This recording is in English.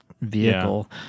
vehicle